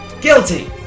Guilty